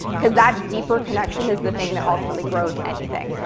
because that deeper connection is the thing that ultimately grows anything.